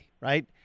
Right